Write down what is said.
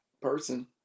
person